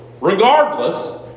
regardless